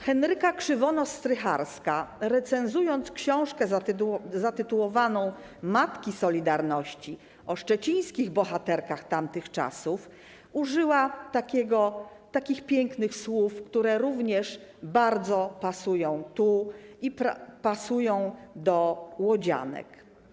Henryka Krzywonos-Strycharska, recenzując książkę zatytułowaną „Matki Solidarności” o szczecińskich bohaterkach tamtych czasów, użyła takich pięknych słów, które również bardzo pasują tu, pasują do łodzianek.